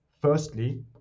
firstly